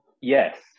Yes